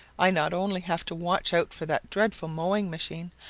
i not only have to watch out for that dreadful mowing machine,